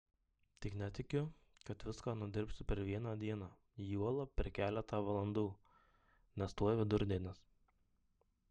tik netikiu kad viską nudirbsi per vieną dieną juolab per keletą valandų nes tuoj vidurdienis